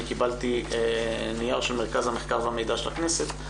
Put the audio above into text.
קיבלתי נייר של מרכז המחקר והמידע של הכנסת.